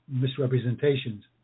misrepresentations